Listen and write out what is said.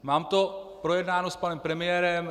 Mám to projednáno s panem premiérem.